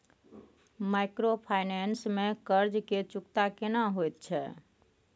Microfinance में कर्ज के चुकता केना होयत छै?